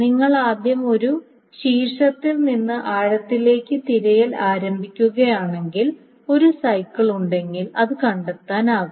നിങ്ങൾ ആദ്യം ഒരു ശീർഷത്തിൽ നിന്ന് ആഴത്തിലുള്ള തിരയൽ ആരംഭിക്കുകയാണെങ്കിൽ ഒരു സൈക്കിൾ ഉണ്ടെങ്കിൽ അത് കണ്ടെത്താനാകും